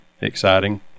exciting